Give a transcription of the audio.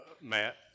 Matt